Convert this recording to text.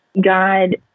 God